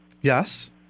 Yes